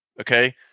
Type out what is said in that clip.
okay